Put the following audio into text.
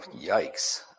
yikes